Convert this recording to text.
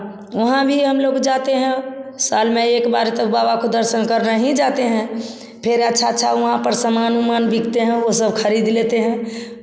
वहाँ भी हम लोग जाते है साल में एक बार तो बाबा को दर्शन करने ही जाते हैं फिर अच्छा अच्छा वहाँ पर सामान वामन बिकते है वह सब खरीद लेते हैं